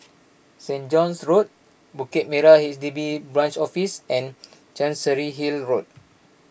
Saint John's Road Bukit Merah H D B Branch Office and Chancery Hill Road